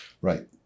Right